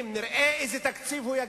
וקוראים את המכתב מהכותרת שלו,